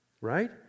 right